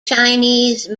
chinese